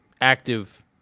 active